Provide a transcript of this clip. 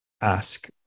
ask